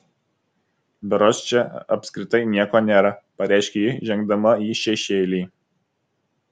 berods čia apskritai nieko nėra pareiškė ji žengdama į šešėlį